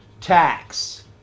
tax